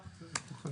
זה מגולם במחיר המטרה.